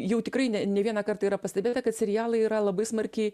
jau tikrai ne ne vieną kartą yra pastebėta kad serialai yra labai smarkiai